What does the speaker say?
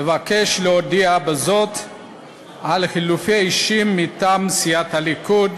אבקש להודיע בזאת על חילופי אישים מטעם סיעת הליכוד